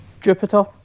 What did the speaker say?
Jupiter